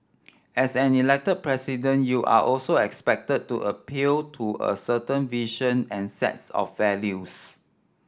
as an Elected President you are also expected to appeal to a certain vision and sets of values